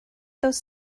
those